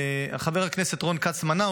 וחבר הכנסת רון כץ הציג אותו,